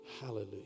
Hallelujah